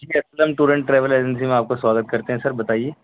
G Aslam tour and travel agency میں آپ کا سواگت کرتے ہیں سر بتائیے